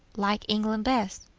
like england best.